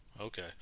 okay